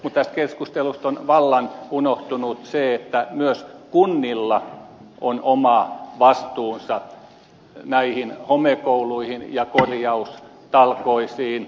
mutta tästä keskustelusta on vallan unohtunut se että myös kunnilla on oma vastuunsa näistä homekouluista ja korjaustalkoista